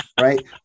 Right